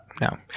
no